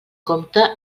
compte